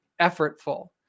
effortful